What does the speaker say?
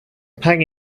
pang